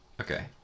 Okay